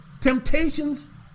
Temptations